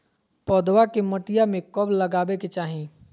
पौधवा के मटिया में कब लगाबे के चाही?